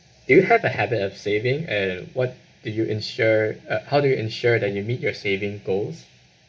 do you have a habit of saving and what do you ensure uh how do you ensure that you meet your saving goals